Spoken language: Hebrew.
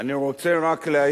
אני רוצה רק להעיר,